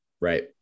Right